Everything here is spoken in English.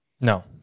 No